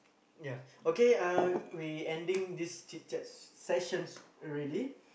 ya okay uh we ending this chit-chats sessions already